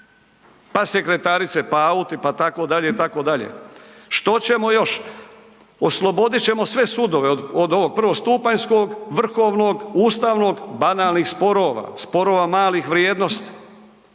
pa sekretarice, pa auti, pa tako dalje itd. Što ćemo još? Oslobodit ćemo sve sudove, od ovog prvostupanjskog, vrhovnog, ustavnog, banalnih sporova, sporova malih vrijednosti.